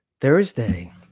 Thursday